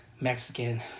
Mexican